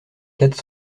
quatre